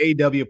aw